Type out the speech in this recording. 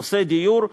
נושא הדיור,